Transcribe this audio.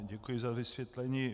Děkuji za vysvětlení.